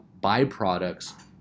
byproducts